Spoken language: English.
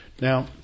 Now